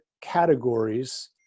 categories